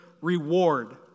reward